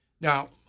Now